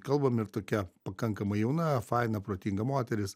kalbam ir tokia pakankamai jauna faina protinga moteris